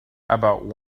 about